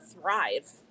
Thrive